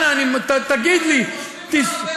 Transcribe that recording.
אם אתם חושבים ככה,